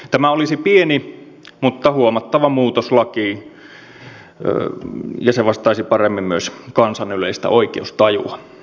tämä olisi pieni mutta huomattava muutos lakiin ja se vastaisi paremmin myös kansan yleistä oikeustajua